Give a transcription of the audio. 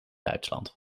duitsland